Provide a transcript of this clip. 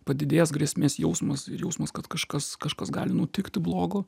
padidėjęs grėsmės jausmas ir jausmas kad kažkas kažkas gali nutikti blogo